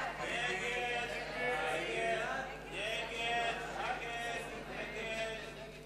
ההסתייגות של קבוצת סיעת קדימה,